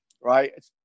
right